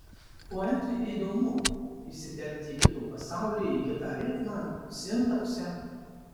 poetui įdomu įsiterpti į kito pasaulį į kitą ritmą sintaksę